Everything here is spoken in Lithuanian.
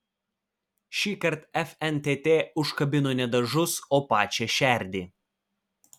šįkart fntt užkabino ne dažus o pačią šerdį